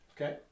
okay